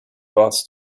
bots